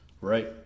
right